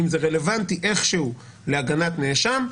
אם זה רלוונטי איכשהו להגנת נאשם,